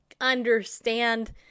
understand